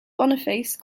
boniface